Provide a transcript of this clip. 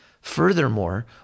Furthermore